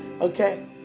Okay